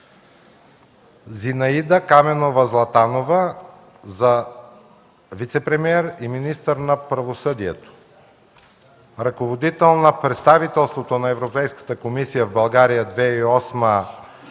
Зинаида Каменова Златанова – вицепремиер и министър на правосъдието. Ръководител на представителството на Европейската комисия в България 2008